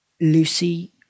Lucy